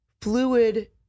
fluid